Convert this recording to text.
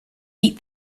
eat